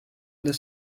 the